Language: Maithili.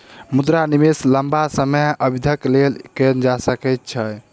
मुद्रा निवेश लम्बा समय अवधिक लेल कएल जा सकै छै